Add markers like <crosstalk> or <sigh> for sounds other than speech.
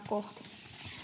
<unintelligible> kohti